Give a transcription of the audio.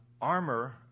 armor